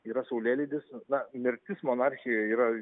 yra saulėlydis na mirtis monarchijai yra